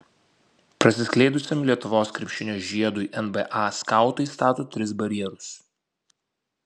prasiskleidusiam lietuvos krepšinio žiedui nba skautai stato tris barjerus